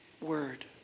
word